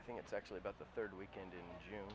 i think it's actually about the third weekend in june